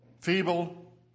feeble